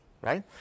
right